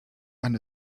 man